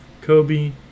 Kobe